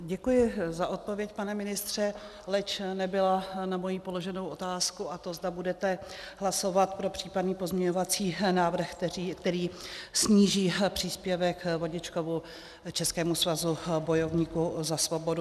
Děkuji za odpověď, pane ministře, leč nebyla na moji položenou otázku, a to zda budete hlasovat pro případný pozměňovací návrh, který sníží příspěvek Vodičkovu Českému svazu bojovníků za svobodu.